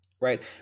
right